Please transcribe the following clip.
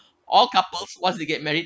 all couples want to get married